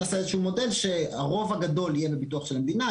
אנחנו נעשה איזה שהוא מודל שהרוב הגדול יהיה בביטוח של המדינה,